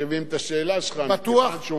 מכיוון שהוא ממונה על פס"ח, בטוח.